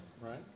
right